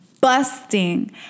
busting